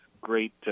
great